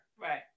right